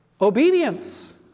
obedience